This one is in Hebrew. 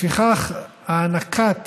לפיכך, הענקת